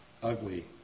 Ugly